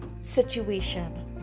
situation